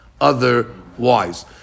otherwise